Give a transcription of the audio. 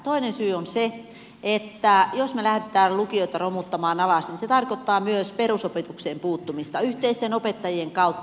toinen syy on se että jos me lähdemme lukiota romuttamaan alas niin se tarkoittaa myös perusopetukseen puuttumista yhteisten opettajien kautta